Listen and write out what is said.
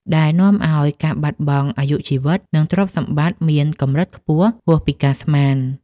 ដែលនាំឱ្យការបាត់បង់អាយុជីវិត និងទ្រព្យសម្បត្តិមានកម្រិតខ្ពស់ហួសពីការស្មាន។